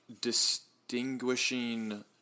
distinguishing